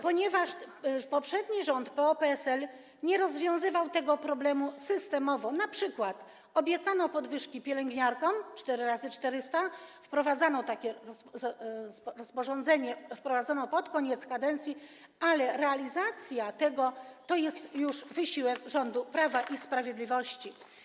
ponieważ poprzedni rząd PO-PSL nie rozwiązywał tego problemu systemowo, np. obiecano podwyżki pielęgniarkom, 4 x 400, wprowadzono takie rozporządzenie pod koniec kadencji, ale realizacja tego to jest już wysiłek rządu Prawa i Sprawiedliwości.